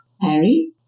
Harry